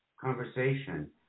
conversation